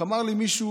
איך אמר לי מישהו